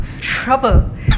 Trouble